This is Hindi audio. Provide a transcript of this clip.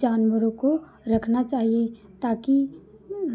जानवरों को रखना चाहिए ताकि